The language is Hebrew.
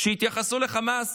שהתייחסו לחמאס